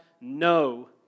no